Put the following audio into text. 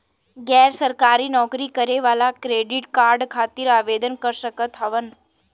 गैर सरकारी नौकरी करें वाला क्रेडिट कार्ड खातिर आवेदन कर सकत हवन?